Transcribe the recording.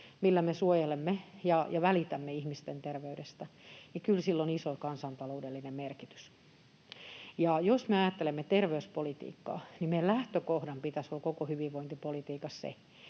ihmisten terveyttä ja välitämme siitä, niin kyllä sillä on iso kansantaloudellinen merkitys. Jos me ajattelemme terveyspolitiikkaa, niin meidän lähtökohdan pitäisi olla koko hyvinvointipolitiikassa se,